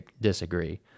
disagree